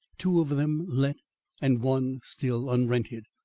two of them let and one still unrented.